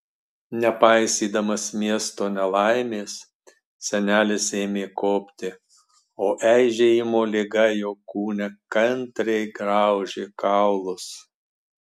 nepaisydamas miesto nelaimės senelis ėmė kopti o eižėjimo liga jo kūne kantriai graužė kaulus